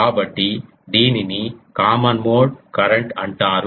కాబట్టి దీనిని common mode current అంటారు